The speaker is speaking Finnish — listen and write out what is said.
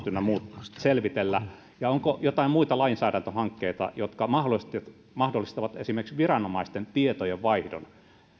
ynnä muut ja onko jotain muita lainsäädäntöhankkeita jotka mahdollistavat esimerkiksi viranomaisten tietojenvaihdon